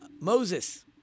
Moses